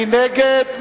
מי נגד?